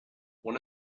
one